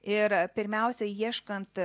ir pirmiausia ieškant